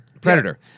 Predator